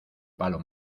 palo